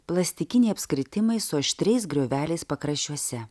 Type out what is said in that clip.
plastikiniai apskritimai su aštriais grioveliais pakraščiuose